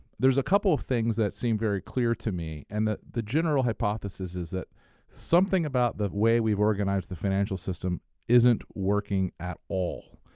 there's a couple of things that seem very clear to me and the the general hypothesis is something something about the way we've organized the financial system isn't working at all.